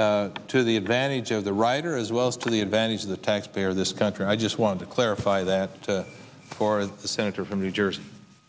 is to the advantage of the rider as well as to the advantage of the tax payer of this country i just want to clarify that for the senator from new jersey